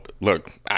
Look